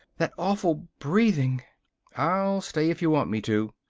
that awful breathing i'll stay if you want me to.